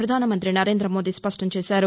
వ్రవధానమంతి నరేంద్రమోదీ స్పష్టం చేశారు